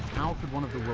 how could one of